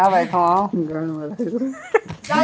किसान अपनी फसल की कीमत कैसे पता कर सकते हैं?